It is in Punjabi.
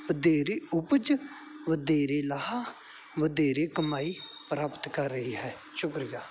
ਵਧੇਰੇ ਉਪਜ ਵਧੇਰੇ ਲਾਹਾ ਵਧੇਰੇ ਕਮਾਈ ਪ੍ਰਾਪਤ ਕਰ ਰਹੀ ਹੈ ਸ਼ੁਕਰੀਆ